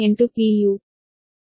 u